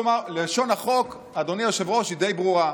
כלומר, אדוני היושב-ראש, לשון החוק היא די ברורה.